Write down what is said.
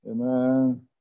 Amen